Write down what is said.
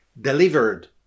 delivered